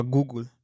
Google